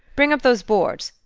bring up those boards.